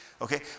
Okay